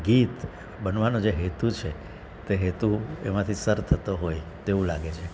ગીત બનવાનો જે હેતુ છે તે હેતુ એમાંથી સર થતો હોય તેવું લાગે છે